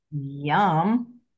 Yum